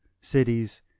cities